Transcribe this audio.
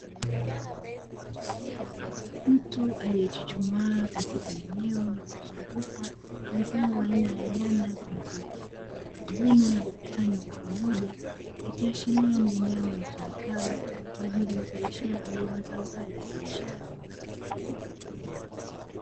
Mtu aliye chuchumaa katika eneo lililo zungukwa na zao aina ya nyanya zilizo vunwa, na kukusanywa kwa pamoja ikiashiria ni eneo litumikalo kwaajili ya uzalishaji wa mazao hayo ya biashara.